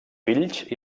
fills